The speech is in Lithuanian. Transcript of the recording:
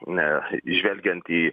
ne žvelgiant į